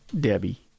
Debbie